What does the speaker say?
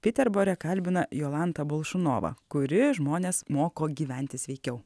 piterbore kalbina jolantą bolšunovą kuri žmones moko gyventi sveikiau